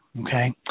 okay